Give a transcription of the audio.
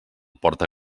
porta